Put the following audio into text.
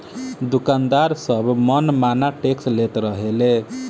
दुकानदार सब मन माना टैक्स लेत रहले